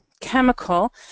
chemical